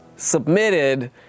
Submitted